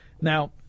Now –